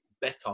better